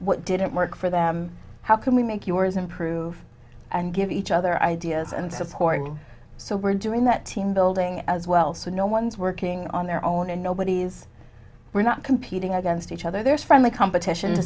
what didn't work for them how can we make yours improve and give each other ideas and supporting so where do in that team building as well so no one's working on their own and nobody's we're not competing against each other there's friendly competition